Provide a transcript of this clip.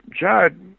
Judd